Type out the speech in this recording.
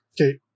Okay